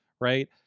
Right